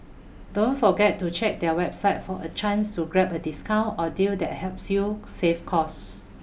don't forget to check their website for a chance to grab a discount or deal that helps you save cost